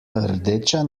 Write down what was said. rdeča